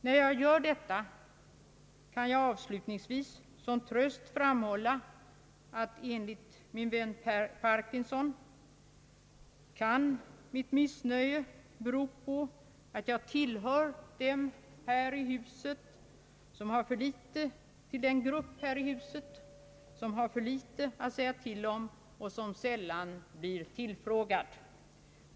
När jag gör detta kan jag avslutningsvis som tröst framhålla, att enligt min vän Parkinson kan mitt missnöje bero på att jag själv tillhör den grupp här i huset som har för litet att säga till om och som sällan blir tillfrågad.